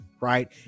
right